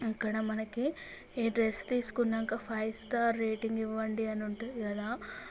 ఇక్కడ మనకి ఈ డ్రెస్ తీసుకున్నాక ఫైవ్ స్టార్ రేటింగ్ ఇవ్వండి అని ఉంటుంది కదా